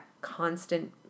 constant